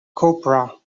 cobra